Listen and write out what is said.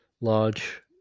large